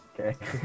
Okay